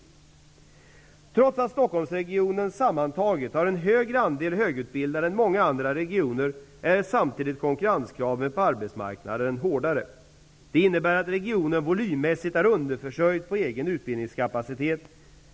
Trots att Stockholmsregionen sammantaget har en högre andel högutbildade än många andra regioner är samtidigt konkurrenskraven på arbetsmarknaden hårdare. Det innebär att regionen volymmässigt är underförsörjd på egen utbildningskapacitet.